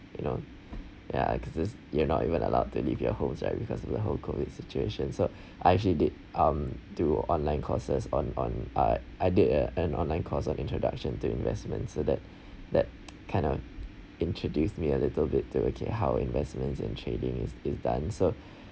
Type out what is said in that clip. you know ya because this you're not even allowed to leave your homes ya because of the whole COVID situation so I actually did um do online courses on on uh I did a an online course of introduction to investments so that that kind of introduce me a little bit to okay how investments and trading is is done so